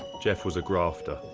geoff was a grafter.